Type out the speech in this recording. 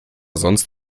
sonst